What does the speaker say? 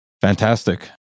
Fantastic